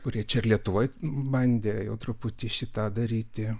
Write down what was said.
kurie čia ir lietuvoj bandė jau truputį šį tą daryti